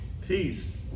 peace